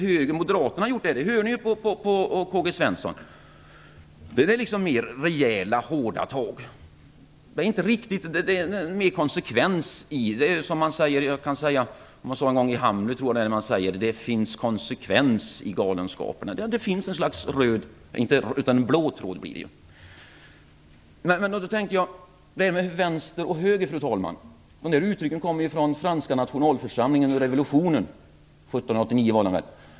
Om moderaterna hade fått bestämma hade det varit mer rejäla, hårda tag, med mer konsekvens i. Jag tror att det är i Hamlet som det sägs: Det finns ett slags konsekvens i galenskaperna. Det finns ett slags tråd hos dem, inte en röd tråd utan en blå tråd. Fru talman! Uttrycken vänster och höger i politiken kommer från den franska nationalförsamlingen under revolutionen 1789.